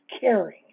caring